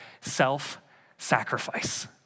self-sacrifice